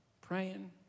praying